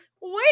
Wait